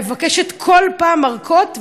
מבקשת כל פעם ארכות,